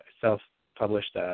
self-published